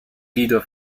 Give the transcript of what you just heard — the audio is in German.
lieder